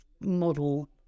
model